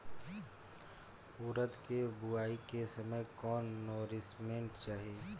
उरद के बुआई के समय कौन नौरिश्मेंट चाही?